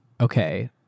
okay